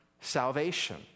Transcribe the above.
Salvation